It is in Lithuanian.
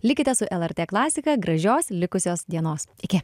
likite su lrt klasika gražios likusios dienos iki